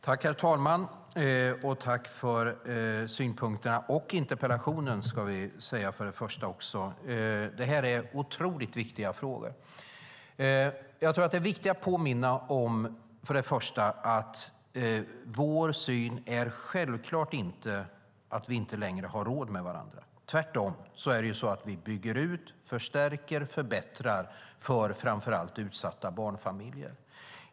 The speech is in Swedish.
Herr talman! Tack för synpunkterna, Sara Karlsson - och för interpellationen! Det här är otroligt viktiga frågor. Jag tror att det är viktigt att påminna om att vår syn självklart inte är att vi inte längre har råd med varandra. Tvärtom bygger vi ut, förstärker och förbättrar för framför allt utsatta barnfamiljer.